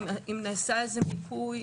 האם נעשה איזה מיפוי,